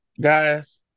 Guys